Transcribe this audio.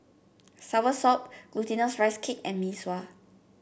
soursop Glutinous Rice Cake and Mee Sua